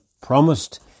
promised